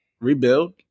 Rebuild